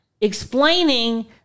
explaining